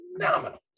phenomenal